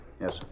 Yes